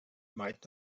might